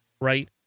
right